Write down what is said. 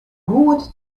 goed